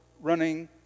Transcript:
running